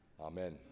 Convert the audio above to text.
Amen